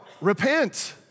Repent